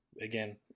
Again